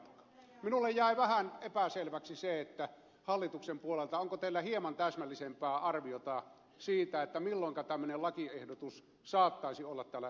minulle jäi vähän epäselväksi se hallituksen puolelta onko teillä hieman täsmällisempää arviota siitä milloinka tämmöinen lakiehdotus saattaisi olla tällä